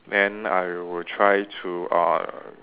then I will try to uh